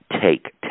take